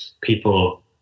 people